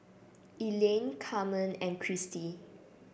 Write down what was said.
Elaine Carmen and Christie